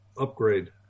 upgrade